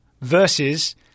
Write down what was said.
versus